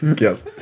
yes